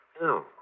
No